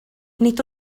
nid